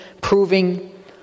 proving